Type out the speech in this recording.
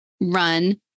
run